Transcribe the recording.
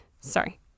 Sorry